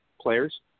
players